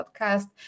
podcast